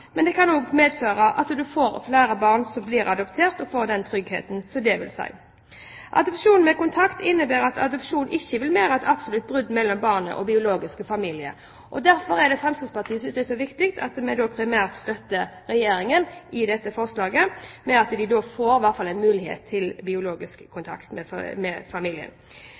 men det kan også medføre at flere barn blir adoptert og får den tryggheten det vil si. Adopsjon med kontakt innebærer at adopsjon ikke vil medføre et absolutt brudd mellom barnet og biologisk familie. Det synes Fremskrittspartiet er så viktig at vi primært støtter Regjeringen i dette forslaget, ved at barnet da i hvert fall får en mulighet til kontakt med den biologiske familien.